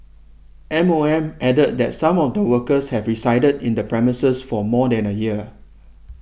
M O M added that some of the workers had resided in the premises for more than a year